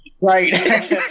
right